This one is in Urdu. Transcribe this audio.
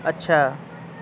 اچھا